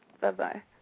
Bye-bye